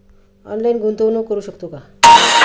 Online गुंतवणूक करू शकतो का?